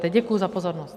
Děkuji za pozornost.